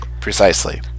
precisely